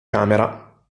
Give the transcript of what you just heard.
camera